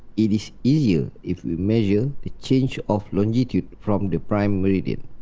it is easier if we measure the change of longitude from the prime meridian.